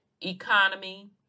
economy